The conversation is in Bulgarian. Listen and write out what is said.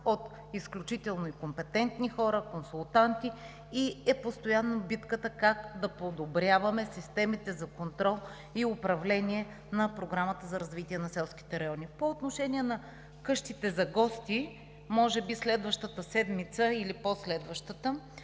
от изключително компетентни хора, консултанти и е постоянно в битката как да подобряваме системите за контрол и управление на Програмата за развитие на селските райони. По отношение на къщите за гости може би следващата седмица или по-следващата,